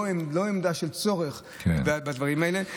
לא עמדה של צורך בדברים האלה.